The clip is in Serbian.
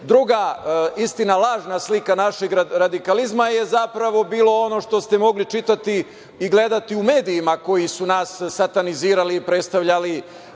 nje. Druga, istina lažna, slika našeg radikalizma je zapravo bilo ono što ste mogli čitati i gledati u medijima koji su nas satanizirali i predstavljali